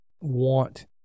want